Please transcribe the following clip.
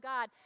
God